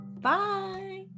bye